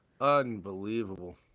unbelievable